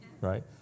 Right